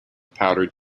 powdered